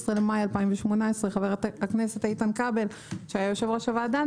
ב-15.518 חבר הכנסת איתן כבל שהיה יושב-ראש הועדה